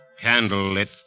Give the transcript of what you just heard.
candle-lit